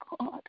God